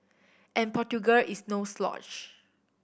and Portugal is no slouch